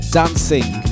dancing